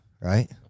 Right